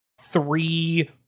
three